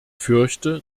fürchte